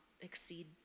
exceed